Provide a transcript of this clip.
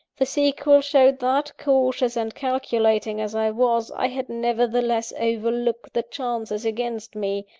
the sequel showed that, cautious and calculating as i was, i had nevertheless overlooked the chances against me,